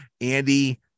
Andy